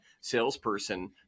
salesperson